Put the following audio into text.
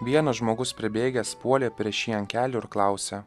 vienas žmogus pribėgęs puolė prieš jį ant kelių ir klausė